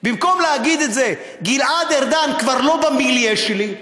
במקום להגיד את זה: גלעד ארדן כבר לא במיליה שלי,